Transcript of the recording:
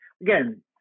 again